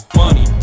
money